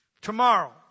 tomorrow